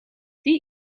die